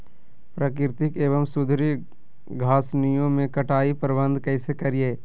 प्राकृतिक एवं सुधरी घासनियों में कटाई प्रबन्ध कैसे करीये?